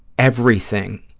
everything,